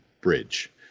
bridge